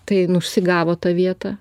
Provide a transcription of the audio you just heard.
tai jin užsigavo tą vietą